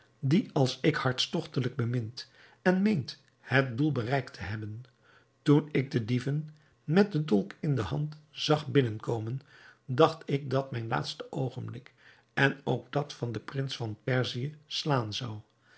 die als ik hartstogtelijk bemint en meent het doel bereikt te hebben toen ik de dieven met den dolk in de hand zag binnenkomen dacht ik dat mijn laatste oogenblik en ook dat van den prins van perzië slaan zou